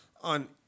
on